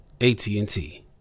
AT&T